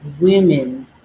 women